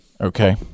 Okay